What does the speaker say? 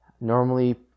normally